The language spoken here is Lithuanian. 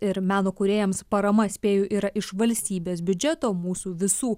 ir meno kūrėjams parama spėju yra iš valstybės biudžeto mūsų visų